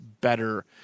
better